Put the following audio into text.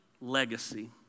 legacy